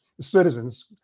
citizens